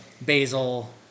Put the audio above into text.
basil